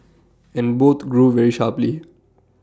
and both grew very sharply